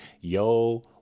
Yo